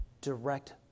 direct